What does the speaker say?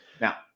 Now